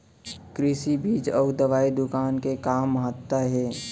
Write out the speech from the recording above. कृषि बीज अउ दवई दुकान के का महत्ता हे?